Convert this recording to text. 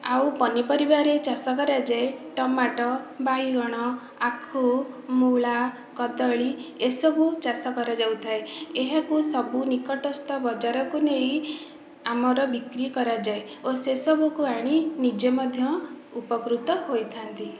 ଆଉ ପନିପରିବାରେ ଚାଷ କରାଯାଏ ଟମାଟ ବାଇଗଣ ଆଖୁ ମୂଳା କଦଳୀ ଏସବୁ ଚାଷ କରାଯାଉଥାଏ ଏହାକୁ ସବୁ ନିକଟସ୍ଥ ବଜାରକୁ ନେଇ ଆମର ବିକ୍ରି କରାଯାଏ ଓ ସେସବୁକୁ ଆଣି ନିଜେ ମଧ୍ୟ ଉପକୃତ ହୋଇଥା'ନ୍ତି